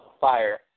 fire